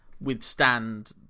withstand